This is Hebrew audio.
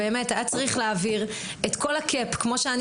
היה צריך להעביר את כל ה-קאפ כמו שאני